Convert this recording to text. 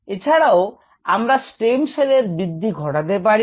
এছাড়াও আমরা স্টেম সেলের বৃদ্ধি ঘটাতে পারি